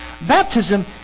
Baptism